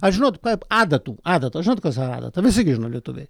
ar žinot kaip adatų adata žinot kas yra adata visi gi žino lietuviai